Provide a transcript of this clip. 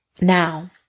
Now